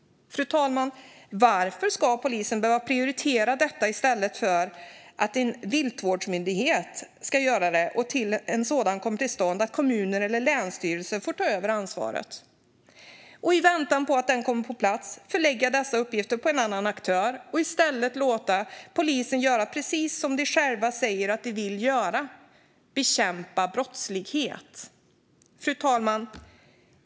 Fru talman! Varför ska polisen behöva prioritera detta i stället för att en viltvårdsmyndighet gör det och, tills en sådan kommer till stånd, att kommuner eller länsstyrelser får ta över ansvaret? I väntan på att denna myndighet kommer på plats skulle dessa uppgifter kunna läggas på en annan aktör så att polisen i stället får göra precis det de själva säger att de vill göra: bekämpa brottslighet. Fru talman!